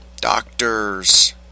Doctors